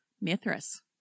Mithras